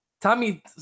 Tommy